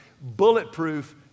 bulletproof